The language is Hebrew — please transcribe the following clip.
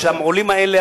שהעולים האלה,